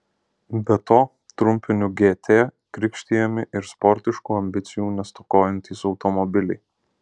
be to trumpiniu gt krikštijami ir sportiškų ambicijų nestokojantys automobiliai